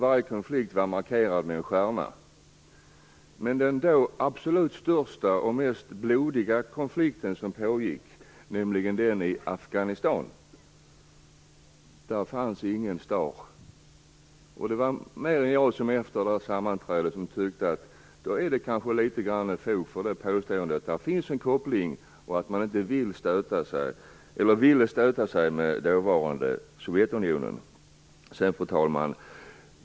Varje konflikt var markerad med en stjärna. Men det fanns ingen stjärna för den då största och mest blodiga konflikt som pågick, nämligen den i Afghanistan. Det var fler än jag som efter detta sammanträde tyckte att det kanske fanns fog för påståendet att det fanns en koppling och att man inte ville stöta sig med dåvarande Sovjetunionen. Herr talman!